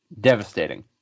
Devastating